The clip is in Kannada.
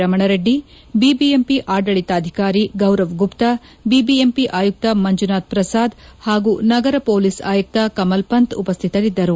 ರಮಣರೆಡ್ಲಿ ಬಿಬಿಎಂಪಿ ಆಡಳಿತಾಧಿಕಾರಿ ಗೌರವ್ ಗುಪ್ತ ಬಿಬಿಎಂಪಿ ಆಯುಕ್ತ ಮಂಜುನಾಥ್ ಪ್ರಸಾದ್ ಹಾಗೂ ನಗರ ಪೊಲೀಸ್ ಆಯುಕ್ತ ಕಮಲ್ ಪಂಥ್ ಉಪಸ್ಥಿತರಿದ್ದರು